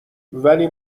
ولی